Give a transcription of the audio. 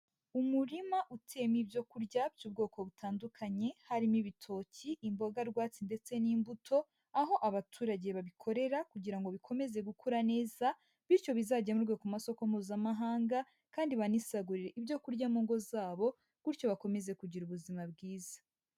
Umurima uteyemo ibyo kurya by'ubwoko butandukanye, harimo ibitoki, imboga rwatsi ndetse n'imbuto, aho abaturage babikorera kugira ngo bikomeze gukura neza, bityo bizagemurwe ku masoko mpuzamahanga kandi banisagurire ibyo kurya mu ngo zabo, gutyo bakomeze kugira ubuzima bwiza.